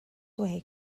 way